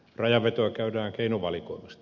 rajanvetoa käydään keinovalikoimasta